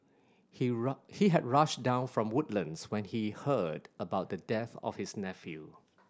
he he had rushed down from Woodlands when he heard about the death of his nephew